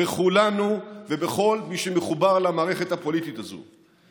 בכולנו ובכל מי שמחובר למערכת הפוליטית הזאת.